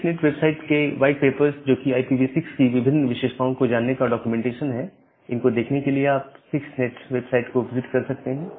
6 net website के white paper जो कि IPv6 की विभिन्न विशेषताओं को जानने का डॉक्यूमेंटेशन है इनको देखने के लिए आप 6 नेट वेबसाइट को विजिट कर सकते हैं